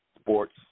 sports